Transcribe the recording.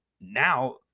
now